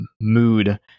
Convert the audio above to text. mood